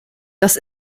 dass